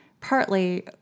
partly